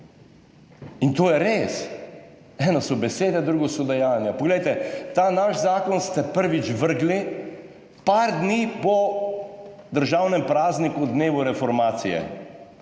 In to je res, eno so besede, drugo so dejanja. Poglejte, ta naš zakon ste prvič vrgli nekaj dni po državnem prazniku dnevu reformacije,